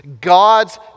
God's